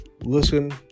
Listen